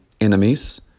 enemies